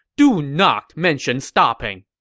do not mention stopping!